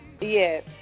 Yes